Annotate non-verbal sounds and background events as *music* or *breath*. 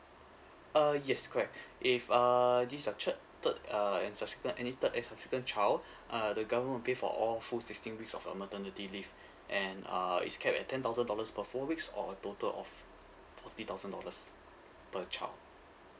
uh yes correct *breath* if uh this uh third third uh and subsequent any third and subsequent child *breath* uh the government will pay for all full sixteen weeks of your maternity leave and uh it's capped at ten thousand dollars per four weeks or a total of forty thousand dollars per child